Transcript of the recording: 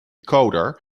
coder